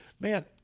Man